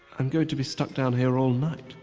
i'm going to be stuck down here all night!